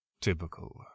Typical